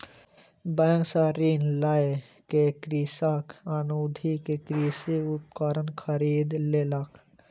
bank सॅ ऋण लय के कृषक आधुनिक कृषि उपकरण खरीद लेलक